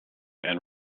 and